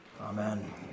Amen